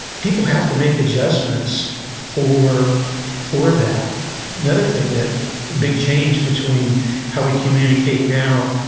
people have to make adjustments for for that another thing that, a big change between how we communicate now,